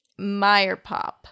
Meyerpop